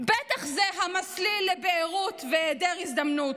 ובטח לא לזה המסליל בערות והיעדר הזדמנות.